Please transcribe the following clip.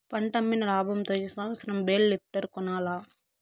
పంటమ్మిన లాబంతో ఈ సంవత్సరం బేల్ లిఫ్టర్ కొనాల్ల